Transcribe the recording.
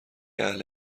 اهل